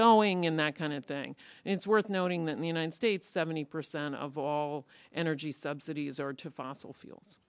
going in that kind of thing and it's worth noting that in the united states seventy percent of all energy subsidies are to fossil fuels